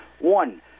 One